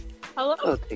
Hello